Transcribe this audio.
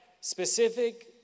specific